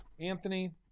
Anthony